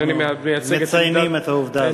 אנחנו מציינים את העובדה הזאת.